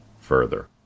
further